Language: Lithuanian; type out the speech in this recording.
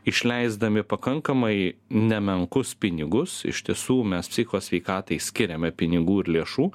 išleisdami pakankamai nemenkus pinigus iš tiesų mes psichikos sveikatai skiriame pinigų ir lėšų